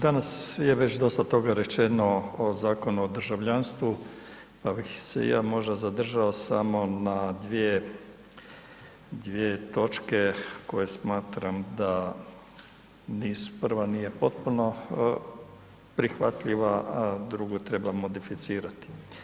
Danas je već dosta toga rečeno o Zakonu o državljanstvu, pa bih se ja možda zadržao samo na dvije, dvije točke koje smatram da prva nije potpuno prihvatljiva, a drugu trebamo defecirati.